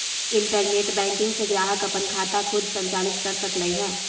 internet banking से ग्राहक अप्पन खाता खुद संचालित कर सकलई ह